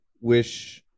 Wish